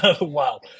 Wow